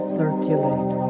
circulate